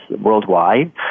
worldwide